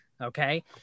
okay